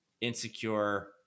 insecure